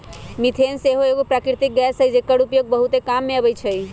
methane सेहो एगो प्राकृतिक गैस हई जेकर उपयोग बहुते काम मे अबइ छइ